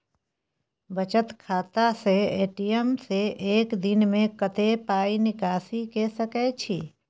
बचत खाता स ए.टी.एम से एक दिन में कत्ते पाई निकासी के सके छि?